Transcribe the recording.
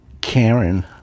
Karen